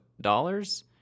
dollars